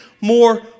more